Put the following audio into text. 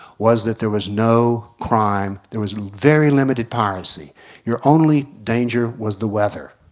was that there was no crime, there was very limited piracy your only danger was the weather.